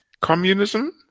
communism